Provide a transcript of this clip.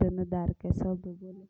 पोहिले।